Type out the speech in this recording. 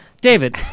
David